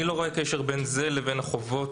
אני לא רואה קשר בין זה לבין החובות